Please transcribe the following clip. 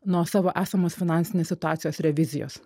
nuo savo esamos finansinės situacijos revizijos